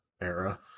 era